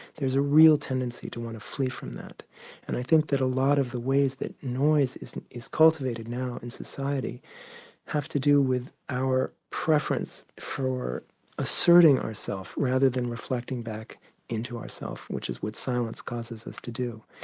there's a real tendency to want to flee from that and i think that a lot of the ways that noise is is cultivated now in society have to do with our preference for asserting ourselves rather than reflecting back into ourselves which is what silence causes us to do.